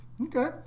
Okay